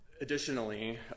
additionally